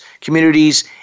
communities